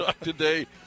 today